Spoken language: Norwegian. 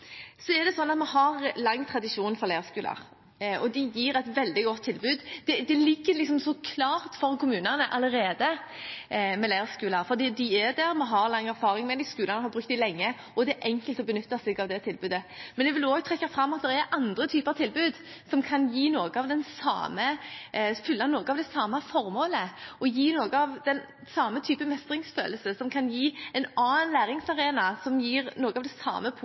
Vi har lang tradisjon for leirskoler, og de gir et veldig godt tilbud. Det med leirskoler ligger liksom så klart for kommunene allerede, fordi de er der, vi har lang erfaring med dem, skolene har brukt dem lenge, og det er enkelt å benytte seg av det tilbudet. Men jeg vil også trekke fram at det er andre typer tilbud som kan fylle noe av det samme formålet, som kan gi noe av den samme typen mestringsfølelse, som kan gi en annen læringsarena, som gir noe av den samme